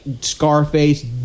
Scarface